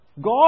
God